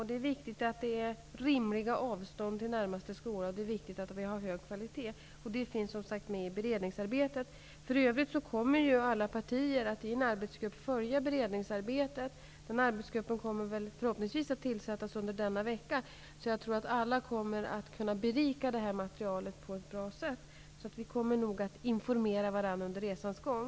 Det är viktigt att det är rimliga avstånd till närmaste skola och viktigt att vi har en hög kvalitet. Det finns som sagt med i beredningsarbetet. För övrigt kommer alla partier att i en arbetsgrupp följa beredningsarbetet. Den arbetsgruppen kommer förhoppningsvis att tillsättas under denna vecka. Alla kommer att kunna berika detta material på ett bra sätt. Vi kommer nog att informera varandra under resans gång.